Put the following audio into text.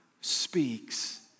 speaks